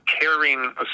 caring